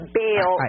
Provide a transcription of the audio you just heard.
bail